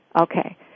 Okay